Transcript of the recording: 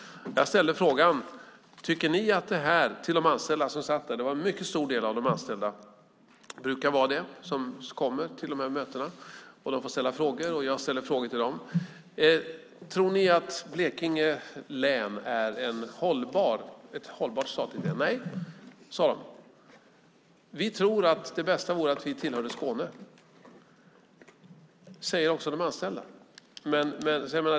En mycket stor del av de anställda hade kommit. Det brukar vara så på de här mötena. De får ställa frågor, och jag ställer frågor till dem. Jag ställde frågan till de anställda som satt där: Tycker ni att Blekinge län är ett hållbart statligt län? Nej, sade de, vi tror att det bästa vore om vi tillhörde Skåne. Så säger alltså också de anställda.